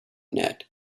net